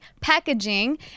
packaging